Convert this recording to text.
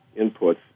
inputs